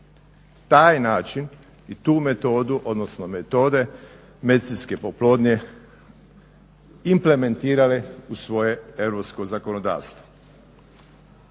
taj način i tu metodu odnosno metode medicinske oplodnje implementirale u svoje europsko zakonodavstvo.